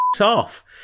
off